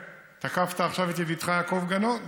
תקפת עכשיו את ידידך יעקב גנות.